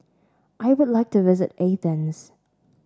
I would like to visit Athens